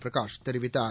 பிரகாஷ் தெரிவித்தார்